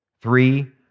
Three